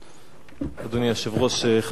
אדוני היושב-ראש, חברי חברי הכנסת,